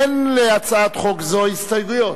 אין להצעת חוק זו הסתייגויות.